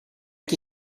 qui